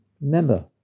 Remember